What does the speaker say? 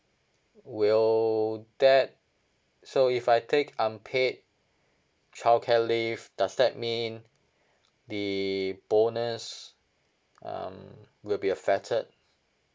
will that so if I take unpaid childcare leave does that mean the bonus um will be affected